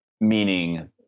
meaning